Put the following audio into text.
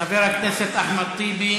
חבר הכנסת אחמד טיבי